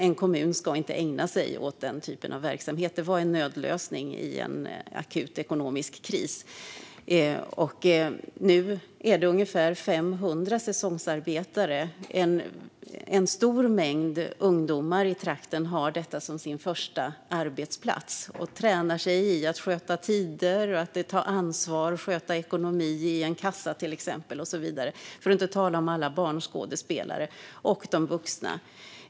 En kommun ska inte ägna sig åt den typen av verksamhet; det var en nödlösning i en akut ekonomisk kris. Nu har parken ungefär 500 säsongsarbetare. En stor mängd ungdomar i trakten har detta som sin första arbetsplats och tränar sig i att passa tider, ta ansvar och sköta ekonomi i en kassa, till exempel - för att inte tala om alla barnskådespelare och de vuxna.